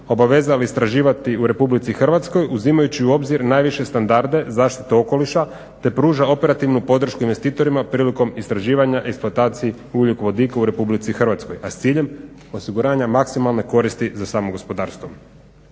obavezali istraživati u Republici Hrvatskoj uzimajući u obzir najviše standarde zaštite okoliša, te pruža operativnu podršku investitorima prilikom istraživanja, eksploataciji ugljikovodika u Republici Hrvatskoj, a s ciljem osiguranja maksimalne koristi za samo gospodarstvo.